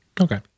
Okay